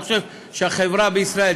אני חושב שהחברה בישראל,